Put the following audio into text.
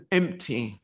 empty